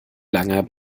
langer